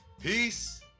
peace